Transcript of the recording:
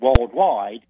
worldwide